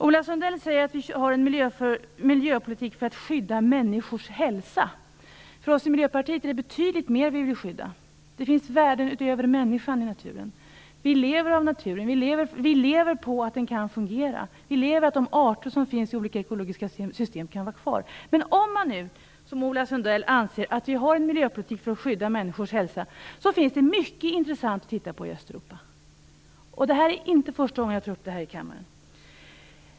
Ola Sundell säger att vi har en miljöpolitik för att skydda människors hälsa. Vi i Miljöpartiet vill skydda betydligt mer. Det finns värden utöver människan i naturen. Vi lever av naturen. Vi lever på att den kan fungera. Vi lever av att de arter som finns i olika ekologiska system kan vara kvar. Men om man nu som Ola Sundell anser att vi har en miljöpolitik för att skydda människors hälsa finns det mycket intressant att titta på i Östeuropa. Det är inte första gången jag tar upp detta i kammaren.